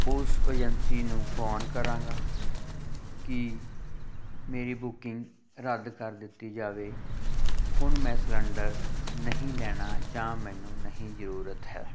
ਉਸ ਏਜੰਸੀ ਨੂੰ ਫੋਨ ਕਰਾਂਗਾ ਕਿ ਮੇਰੀ ਬੁਕਿੰਗ ਰੱਦ ਕਰ ਦਿੱਤੀ ਜਾਵੇ ਹੁਣ ਮੈਂ ਸਿਲੰਡਰ ਨਹੀਂ ਲੈਣਾ ਜਾਂ ਮੈਨੂੰ ਨਹੀਂ ਜ਼ਰੂਰਤ ਹੈ